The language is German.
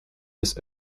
des